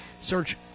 Search